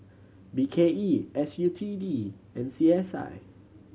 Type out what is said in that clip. B K E S U T D and C S I